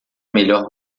melhor